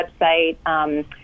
website